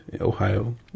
Ohio